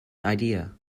idea